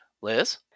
Liz